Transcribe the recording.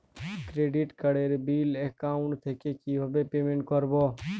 Credit কার্ডের বিল account থেকে কিভাবে পেমেন্ট করবো?